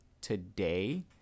today